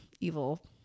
evil